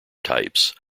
types